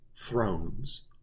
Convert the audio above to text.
Thrones